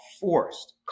forced